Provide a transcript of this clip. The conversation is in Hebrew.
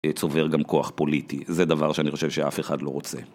צובר גם כוח פוליטי. זה דבר שאני חושב שאף אחד לא רוצה.